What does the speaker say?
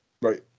Right